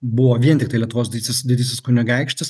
buvo vien tiktai lietuvos didysis didysis kunigaikštis